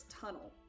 tunnel